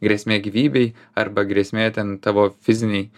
grėsmė gyvybei arba grėsmė ten tavo fizinei